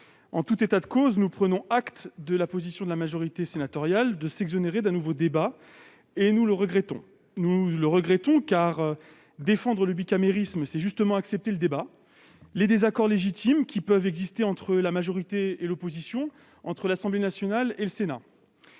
En tout état de cause, nous prenons acte de la position de la majorité sénatoriale de s'exonérer d'un nouveau débat, et nous le regrettons. En effet, défendre le bicamérisme, c'est justement accepter le débat et les désaccords légitimes qui peuvent exister entre la majorité et l'opposition, ainsi qu'entre l'Assemblée nationale et le Sénat.